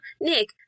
Nick